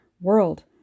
world